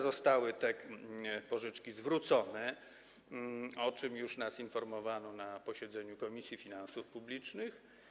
Zostały te pożyczki zwrócone, o czym już nas informowano na posiedzeniu Komisji Finansów Publicznych.